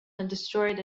destroyed